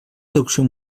traducció